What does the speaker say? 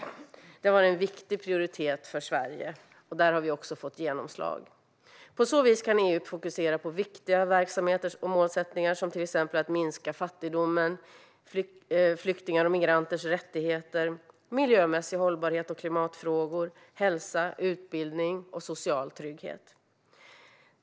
Detta har varit en viktig prioritet för Sverige, och där har vi också fått genomslag. På så vis kan EU fokusera på viktiga verksamheter och målsättningar såsom att minska fattigdomen, flyktingars och migranters rättigheter, miljömässig hållbarhet och klimatfrågor samt hälsa, utbildning och social trygghet.